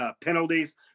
Penalties